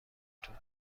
طور